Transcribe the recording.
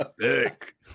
thick